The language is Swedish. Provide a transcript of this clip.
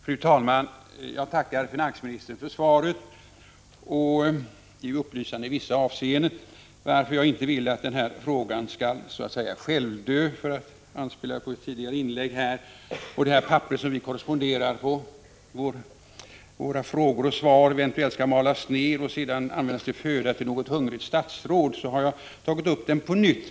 Fru talman! Jag tackar finansministern för svaret, som i vissa avseenden är upplysande. För att inte denna fråga skall självdö, för att anspela på ett tidigare inlägg, och det papper som vi skriver våra frågor och svar på eventuellt malas ner och sedan användas till föda till något hungrigt statsråd, har jag tagit upp frågan på nytt.